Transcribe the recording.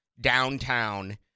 downtown